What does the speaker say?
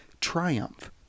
triumph